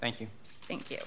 thank you thank you